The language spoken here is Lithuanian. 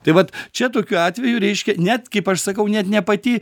tai vat čia tokiu atveju reiškia net kaip aš sakau net ne pati